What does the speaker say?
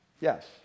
Yes